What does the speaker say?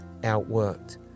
outworked